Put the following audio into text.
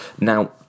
Now